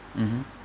mmhmm